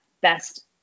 best